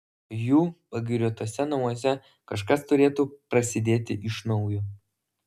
jų pagiriotuose namuose kažkas turėtų prasidėti iš naujo